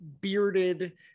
bearded